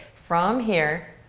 from here,